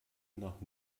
nach